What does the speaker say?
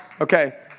okay